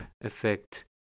effect